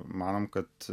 manom kad